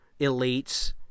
elites